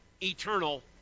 eternal